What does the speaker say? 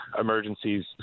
emergencies